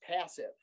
passive